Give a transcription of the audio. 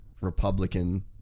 Republican